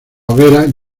hogueras